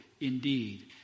Indeed